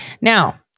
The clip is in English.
Now